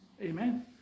Amen